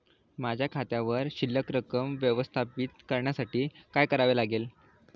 माझ्या खात्यावर शिल्लक रक्कम व्यवस्थापित करण्यासाठी काय करावे लागेल?